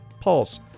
pulse